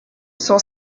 sont